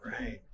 right